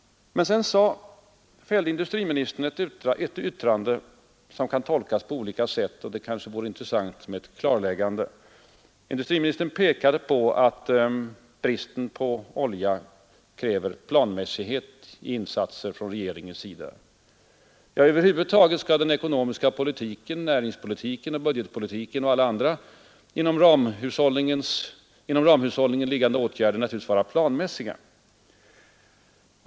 Men sedan fällde industriministern ett yttrande som kan tolkas på olika sätt, och det vore intressant med ett klarläggande. Han sade att bristen på olja kräver planmässighet i insatserna från regeringen. Över huvud taget skall den ekonomiska politiken, näringspolitiken, budgetpolitiken och alla andra inom ramhushållningen liggande åtgärder naturligtvis vara planmässiga.